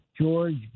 George